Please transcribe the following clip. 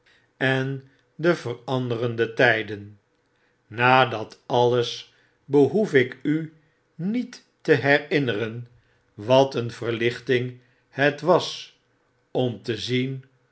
en de veranderde tyden na dat alles behoef ik u niet te herinneren wat een verlichting het was om te zien